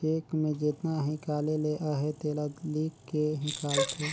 cheque में जेतना हिंकाले ले अहे तेला लिख के हिंकालथे